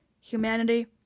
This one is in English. humanity